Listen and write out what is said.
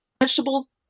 vegetables